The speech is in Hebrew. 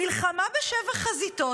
מלחמה בשבע חזיתות,